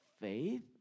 faith